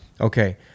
Okay